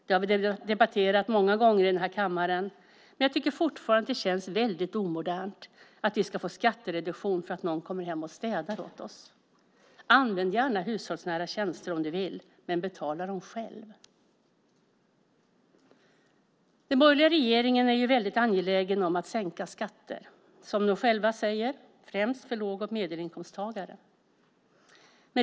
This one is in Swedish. Det har vi debatterat många gånger i kammaren, och jag tycker fortfarande att det känns väldigt omodernt att vi ska få skattereduktion för att någon kommer hem och städar åt oss. Använd gärna hushållsnära tjänster om du vill, men betala dem själv! Den borgerliga regeringen är, som den själv säger, mycket angelägen om att sänka skatter, främst för låg och medelinkomsttagare.